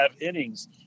innings